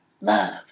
love